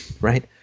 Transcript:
right